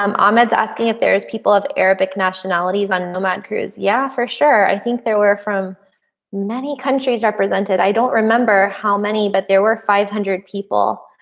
um ahmed's asking if there's people of arabic nationalities on lamont cruise. yeah, for sure. i think there were from many countries represented. i don't remember how many but there were five hundred people.